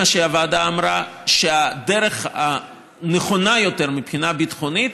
מה שהוועדה אמרה: הדרך הנכונה יותר מבחינה ביטחונית